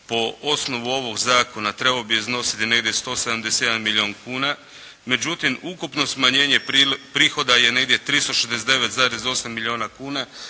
po osnovu ovog zakona trebalo bi iznositi negdje 171 milijun kuna. Međutim ukupno smanjenje prihoda je negdje 369,8 milijuna kuna